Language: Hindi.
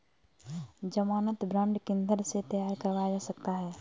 ज़मानत बॉन्ड किधर से तैयार करवाया जा सकता है?